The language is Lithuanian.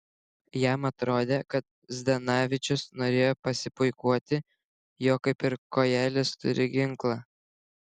jam atrodė kad zdanavičius norėjo pasipuikuoti jog kaip ir kojelis turi ginklą